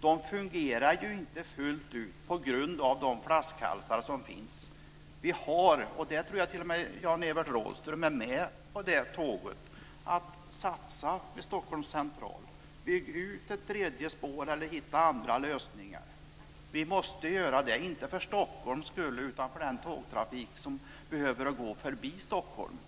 De fungerar inte fullt ut på grund av de flaskhalsar som finns. Vi har, och jag tror att t.o.m. Jan-Evert Rådhström är med på det tåget, att satsa på Stockholms central, bygga ut ett tredje spår eller hitta andra lösningar. Vi måste göra det, inte för Stockholms skull, utan för den tågtrafik som behöver gå förbi Stockholm